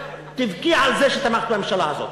תבכי על זה שתמכת בממשלה הזאת.